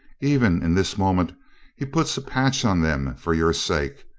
even in this moment he puts a patch on them for your sake.